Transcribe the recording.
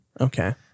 Okay